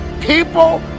People